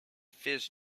fizz